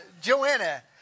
Joanna